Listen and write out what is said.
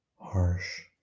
harsh